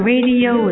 Radio